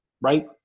right